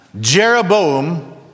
Jeroboam